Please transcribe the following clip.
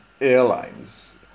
airlines